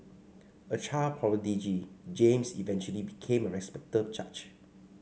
a child prodigy James eventually became a respected judge